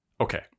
Okay